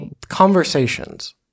Conversations